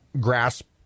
grasp